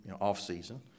off-season